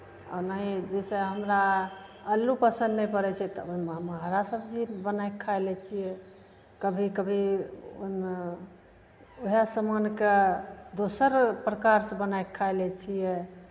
आ नहि जैसे हमरा आलू पसन्द नहि पड़ै छै तऽ ओहिमे हम हरा सब्जी बनाए कऽ खाए लै छियै कभी कभी ओहिमे उएह सामानकेँ दोसर प्रकारसँ बनाए कऽ खाए लै छियै